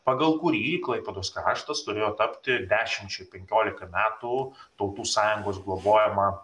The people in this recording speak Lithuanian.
pagal kurį klaipėdos kraštas turėjo tapti dešimčiai penkiolika metų tautų sąjungos globojama